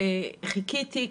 חיכיתי,